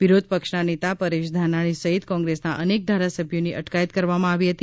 વિરોધ પક્ષના નેતા પરેશ ધાનાણી સહિત કોંગ્રેસના અનેક ધારાસભ્યોની અટકાયત કરવામાં આવી હતી